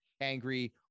angry